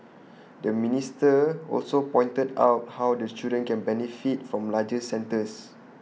the minister also pointed out how the children can benefit from larger centres